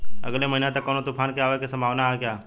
अगले महीना तक कौनो तूफान के आवे के संभावाना है क्या?